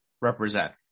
represent